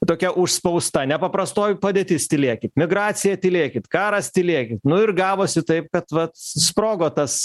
tokia užspausta nepaprastoji padėtis tylėkit migracija tylėkit karas tylėki nu ir gavosi taip kad vat sprogo tas